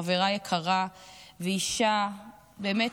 חברה יקרה ואישה שבאמת,